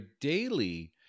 daily